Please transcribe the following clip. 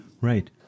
Right